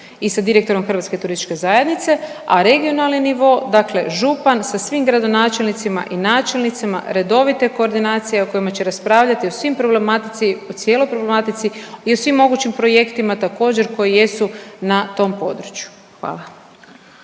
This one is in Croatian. i sa direktorom HTZ-a, a regionalni nivo dakle župan sa svim gradonačelnicima i načelnicima redovite koordinacije o kojima će raspravljati o svim problematici, o cijeloj problematici i u svim mogućim projektima također koji jesu na tom području, hvala.